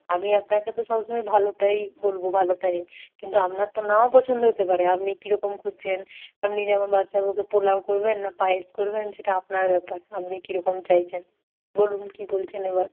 আমি আপনাকে তো সবসময় ভালোটাই বলবো ভালোটাই কিন্তু আপনার তো নাও পছন্দ হতে পারে আপনি কি রকম খুঁজছেন আপনি যেমন বাদশাভোগে পোলাও করবেন না পায়েস করবেন সেটা আপনার ব্যাপার আপনি কি রকম চাইছেন বলুন কি বলছেন এবার